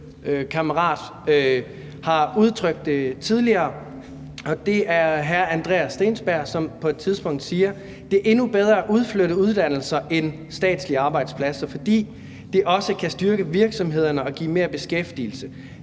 har udtrykt tidligere, og det er hr. Andreas Steenberg, som på et tidspunkt siger: »Det er endnu bedre at udflytte uddannelser end statslige arbejdspladser, fordi det også kan styrke virksomhederne og give mere beskæftigelse.